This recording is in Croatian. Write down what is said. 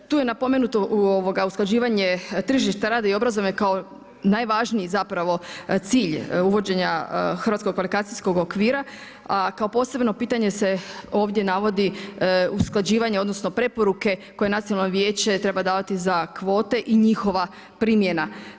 Tu je napomenuto usklađivanje tržišta rada i obrazovanja kao najvažniji zapravo cilj uvođenja hrvatskog kvalifikacijskog okvira, a kao posebno pitanje se ovdje navodi usklađivanje odnosno preporuke koje nacionalno vijeće treba davati za kvote i njihova primjena.